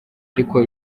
ariko